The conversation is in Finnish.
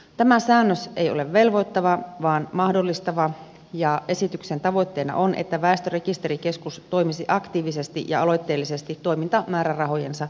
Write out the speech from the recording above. tämä säännös ei ole velvoittava vaan mahdollistava ja esityksen tavoitteena on että väestörekisterikeskus toimisi aktiivisesti ja aloitteellisesti toimintamäärärahojensa puitteissa